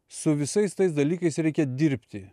su visais tais dalykais reikia dirbti